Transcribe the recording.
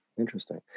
interesting